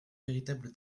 véritable